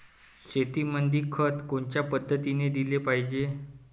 शेतीमंदी खत कोनच्या पद्धतीने देलं पाहिजे?